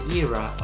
era